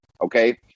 okay